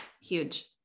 huge